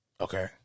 Okay